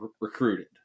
recruited